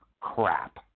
crap